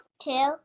Two